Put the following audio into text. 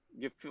give